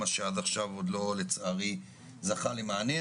מה שעד עכשיו לצערי עוד לא זכה למענה,